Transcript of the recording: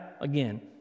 again